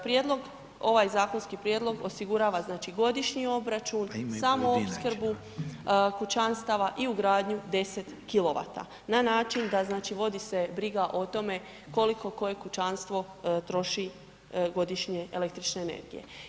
Prijedlog, ovaj zakonski prijedlog osigurava znači godišnji obračun, samoopskrbu kućanstava i ugradnju 10 kilovata, na način da znači vodi se briga o tome koliko koje kućanstvo troši godišnje električne energije.